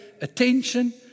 attention